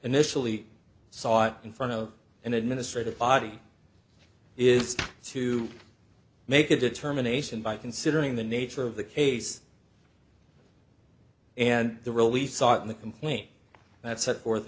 initially sought in front of an administrative body is to make a determination by considering the nature of the case and the real we saw in the complaint that set forth